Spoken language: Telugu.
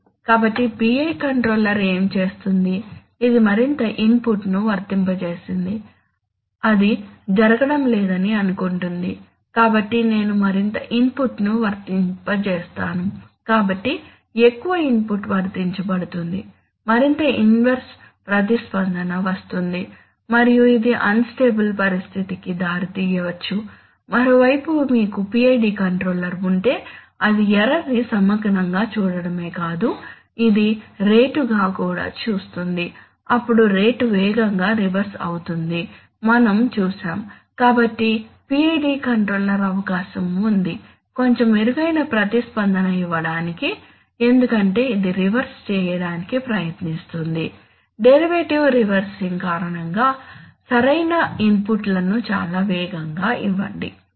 కాబట్టి PI కంట్రోలర్ ఏమి చేస్తుంది ఇది మరింత ఇన్పుట్ను వర్తింపజేసింది అది జరగడం లేదని అనుకుంటుంది కాబట్టి నేను మరింత ఇన్పుట్ను వర్తింపజేస్తాను కాబట్టి ఎక్కువ ఇన్పుట్ వర్తించబడుతుంది మరింత ఇన్వెర్స్ ప్రతిస్పందన వస్తుంది మరియు ఇది అన్ స్టేబుల్ పరిస్థితికి దారి తీయవచ్చు మరోవైపు మీకు PID కంట్రోలర్ ఉంటే అది ఎర్రర్ ని సమగ్రంగా చూడటమే కాదు ఇది రేటుగా కూడా చూస్తుంది ఇప్పుడు రేటు వేగంగా రివర్స్ అవుతుందని మనం చూశాము కాబట్టి PID కంట్రోలర్ అవకాశం ఉంది కొంచెం మెరుగైన ప్రతిస్పందన ఇవ్వడానికి ఎందుకంటే ఇది రివర్స్ చేయడానికి ప్రయత్నిస్తుంది డెరివేటివ్ రివర్సింగ్ కారణంగా సరైన ఇన్పుట్లను చాలా వేగంగా ఇవ్వండి